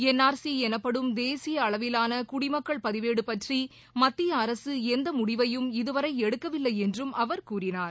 என் R C எனப்படும் தேசிய அளவிலான குடிமக்கள் பதிவேடு பற்றி மத்திய அரசு எந்த முடிவையும் இதுவரை எடுக்கவில்லை என்றும் அவர் கூறினார்